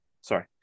Sorry